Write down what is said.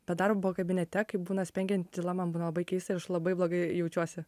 bet darbo kabinete kai būna spengian tyla man būna labai keista aš labai blogai jaučiuosi